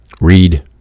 Read